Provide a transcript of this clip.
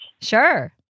Sure